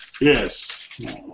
Yes